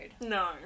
No